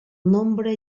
nombre